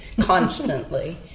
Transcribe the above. constantly